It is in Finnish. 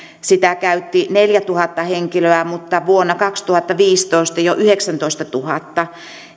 sitä käytti neljätuhatta henkilöä mutta vuonna kaksituhattaviisitoista jo yhdeksäntoistatuhatta